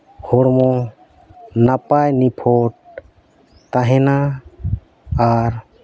ᱦᱚᱲᱢᱚ ᱱᱟᱯᱟᱭ ᱱᱤᱯᱷᱩᱴ ᱛᱟᱦᱮᱱᱟ ᱟᱨ